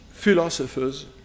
Philosophers